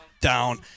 down